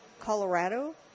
Colorado